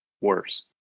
worse